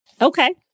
Okay